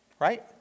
right